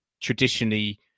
traditionally